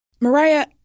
Mariah